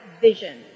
vision